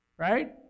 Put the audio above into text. Right